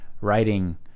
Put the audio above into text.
writing